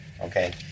okay